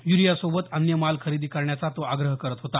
युरियासोबत अन्य माल खरेदी करण्याचा तो आग्रह करत होता